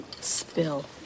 Spill